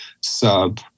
sub